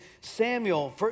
Samuel